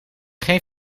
geen